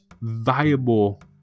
viable